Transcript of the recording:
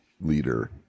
leader